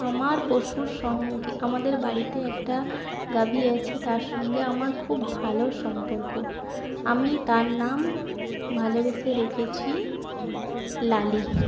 আমার পশুর সঙ্গে আমাদের বাড়িতে একটা গাভী আছে তার সঙ্গে আমার খুব ভালো সম্পর্ক আমি তার নাম ভালোবেসে রেখেছি লালি